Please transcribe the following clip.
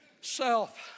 self